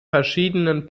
verschiedenen